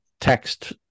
text